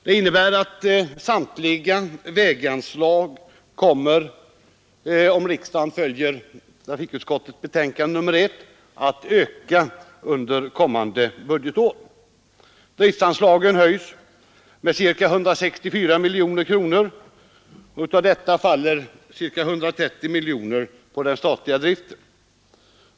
Det innebär att samtliga väganslag, om kammaren följer trafikutskottets förslag, kommer att öka under nästa budgetår. Driftanslagen höjs med ca 164 miljoner kronor, och av detta faller ca 130 miljoner på den statliga driften.